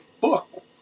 book